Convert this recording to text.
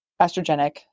estrogenic